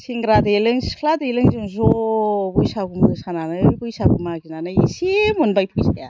सेंग्रा देलें सिख्ला देलें जों ज' बैसागु मोसानानै बैसागु मागिनानै एसे मोनबाय फैसाया